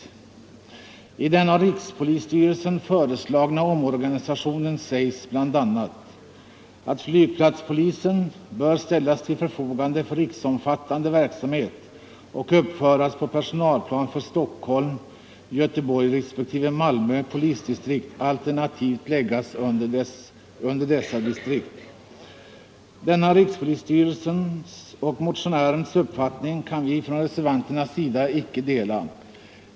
199 I rikspolisstyrelsens förslag till omorganisation sägs bl.a. att Nygplatspolisen bör ställas till förfogande för riksomfattande verksamhet och uppföras på personalplan för Stockholms, Göteborgs respektive Malmö polisdistrikt, alternativt läggas under dessa distrikt. Denna rikspolisstyrelsens och motionärens uppfattning kan vi från reservanternas sida icke dela.